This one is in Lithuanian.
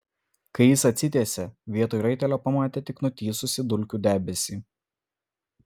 kai jis atsitiesė vietoj raitelio pamatė tik nutįsusį dulkių debesį